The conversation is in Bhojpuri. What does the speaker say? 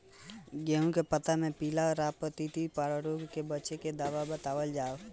गेहूँ के पता मे पिला रातपिला पतारोग से बचें के दवा बतावल जाव?